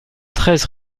treize